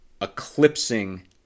eclipsing